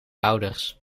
ouders